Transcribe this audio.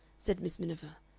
said miss miniver.